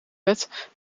wet